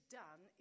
done